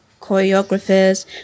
choreographers